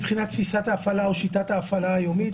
מבחינת תפיסת ההפעלה או שיטת ההפעלה היומית,